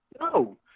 No